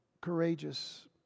courageous